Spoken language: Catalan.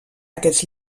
aquests